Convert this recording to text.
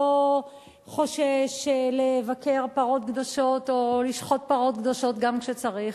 לא חושש לבקר פרות קדושות או לשחוט פרות קדושות גם כשצריך.